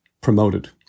promoted